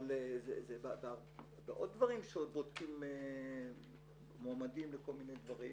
אבל זה בעוד דברים כשבודקים מועמדים לכל מיני דברים,